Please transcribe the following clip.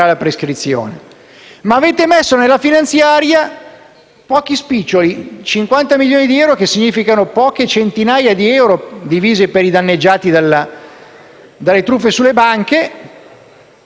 pochi spiccioli, 50 milioni di euro, che significano poche centinaia di euro divisi per i danneggiati dalle truffe delle banche, che si potranno avere solamente